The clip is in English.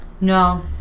No